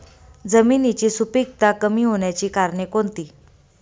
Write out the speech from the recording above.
जमिनीची सुपिकता कमी होण्याची कारणे कोणती?